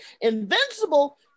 Invincible